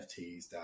NFTs